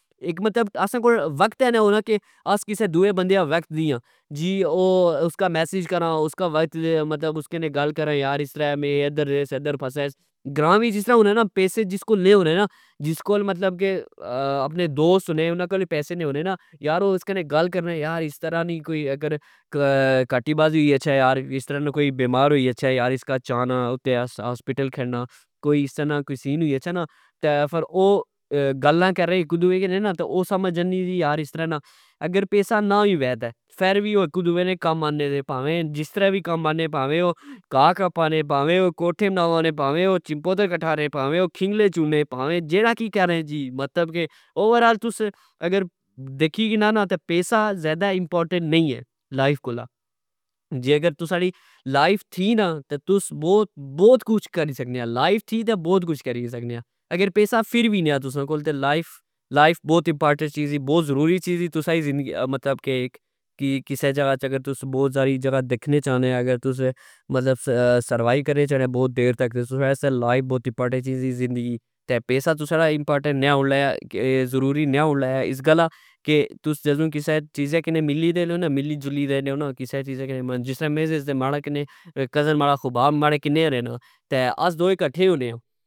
اک مطلب اسا کول وقت تہ نہ ہونا کہ آس کسہ دؤئے بندے کی وقت دیا۔ جی اسکا میسج کرا اسکا وائی مطلب کہ اسکا گل کرا یار اسطرہ میں ادھر صدر پھسیاس، گراں وچ اسطرع ہونا نا پیسے جس کول نے ہونے نا جس کول مطلب کہ اپنے دوست ہونے انا کول وی پیسے نی ہونے نا ،یار او گل کرنے یار استرہ نی کوئی اگر کٹی بازی ہوئی گچھہ یار اسطرع نا کوئی بیمار ہوئی گچھہ یار اسکا چانا اتھے ہاسپٹل کھڑنا کوئی اس طرع نا سین ہوئی گچھہ نا تہ فر او گلا کرنے کہ کدو ہونے نا او سمج جانے یار اس طرع نا اگر پیسا نا وی وہہ تہ فیر وی او اک دؤئے دے کم آنے پاویں جس طرع وی کم آنے پاویں او کا کپانے، پاوے او کوٹھے بنانے، پاوے اوچمپوزے کٹھارے، پاوے او کھنگلے چننے ،پاوے جیڑا کج کرنے جی اورآل تس اگر دیکھی کنا نا تہ پیسا ذئدا امپورٹینٹ نئی اہہ لائف کولاں جے اگر تساں نی لائف تھی نا تہ تس بوت کج کری سکنے او۔ لائف تھی تہ بوت کج کری سکنے آ اگرپیسا فر وی نی آ تسا کول تہ لائف ،لائف بوت امپورٹینٹ چیز ای بوت ضروری چیز ای تساں نی ،مطلب کہکسہ جگہ اچ اگر تسا بوت ساری جگہ دیکھنا چاہنے او اگر تساں سروایو کرنا چاہنے او سروایو وی بوت امپورٹینٹ چیز ای زندگی پیسا تسا نا امپورٹینٹ نئے ہون لگا اس گلہ کہ تس جدو کسہ چیزہ کی ملی دینے او نا ملی جلی رہنے او نا جسرہ میں سے کہ ماڑک نے کزن ماڑاخبابماڑے کنے اے رینا۔